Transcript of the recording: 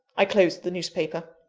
i closed the newspaper.